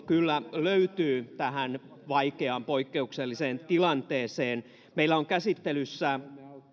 kyllä löytyy tähän vaikeaan poikkeukselliseen tilanteeseen meillä on käsittelyssä